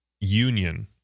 union